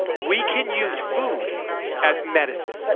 we can use food as medicine.